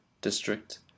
district